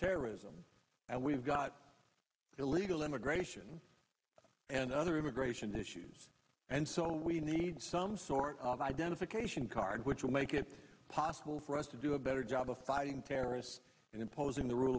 terrorism and we've got illegal immigration and other immigration issues and so we need some sort of identification card which will make it possible for us to do a better job of fighting terrorists and imposing the rule